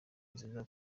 nziza